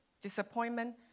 disappointment